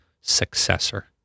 successor